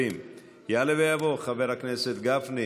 120). יעלה ויבוא חבר הכנסת גפני.